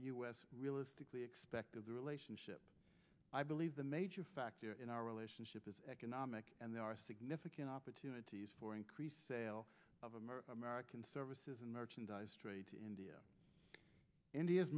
the us realistically expect of the relationship i believe the major factor in our relationship is economic and there are significant opportunities for increased sale of america american services and merchandise trade to india india's